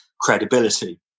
credibility